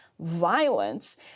violence